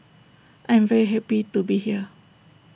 I am very happy to be here